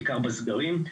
בעיקר בסגרים.